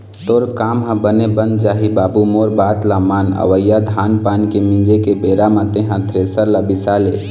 तोर काम ह बने बन जाही बाबू मोर बात ल मान अवइया धान पान के मिंजे के बेरा म तेंहा थेरेसर ल बिसा ले